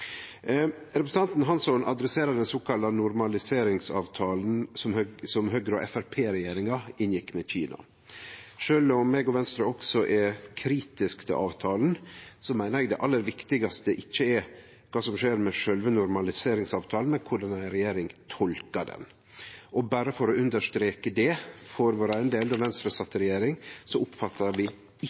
Representanten Hansson adresserte den såkalla normaliseringsavtalen som Høgre- og Framstegspartiregjeringa inngjekk med Kina. Sjølv om eg og Venstre også er kritiske til avtalen, meiner eg det aller viktigaste ikkje er kva som skjer med sjølve normaliseringsavtalen, men korleis ei regjering tolkar han. Berre for å understreke det for vår eigen del: Då Venstre sat i regjering, oppfatta vi ikkje den avtalen som noko avgrensing for kva vi